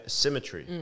symmetry